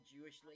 Jewish